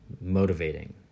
motivating